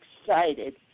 excited